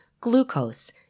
glucose